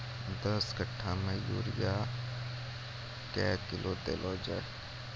दस कट्ठा मे यूरिया क्या किलो देलो जाय?